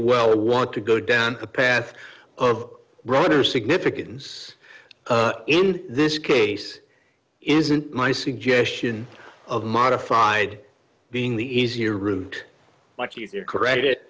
well want to go down the path of broader significance in this case isn't my suggestion of modified being the easier route much easier credit